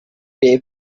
pay